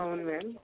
అవును మ్యామ్